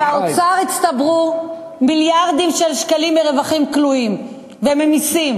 באוצר הצטברו מיליארדים של שקלים מרווחים כלואים וממסים.